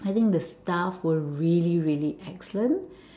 I think the staff were really really excellent